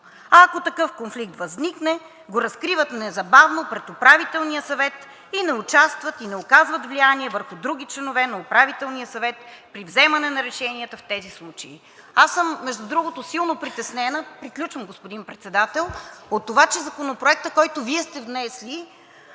а ако такъв конфликт възникне, го разкриват незабавно пред Управителния съвет и не участват, и не оказват влияния върху други членове на Управителния съвет при вземане на решенията в тези случаи.“ Аз съм, между другото, силно притеснена от това, че Законопроектът, който Вие сте внесли,